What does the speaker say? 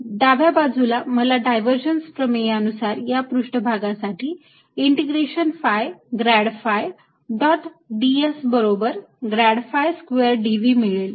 डाव्या बाजूला मला डायव्हर्जन्स प्रमेय नुसार या पृष्ठभागासाठी integration phi grad phi dot ds बरोबर ग्रॅड phi स्क्वेअर dV मिळेल